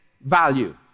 value